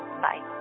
Bye